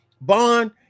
bond –